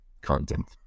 content